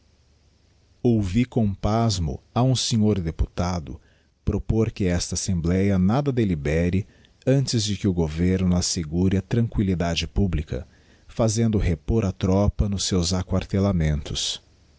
ouvi com pasmo a um sr deputado propor que esta assembléa nada delibere antes de que o governo assegure a tranquillidade publica fazendo repor a tropa nos seus aquartelamentos